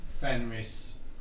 fenris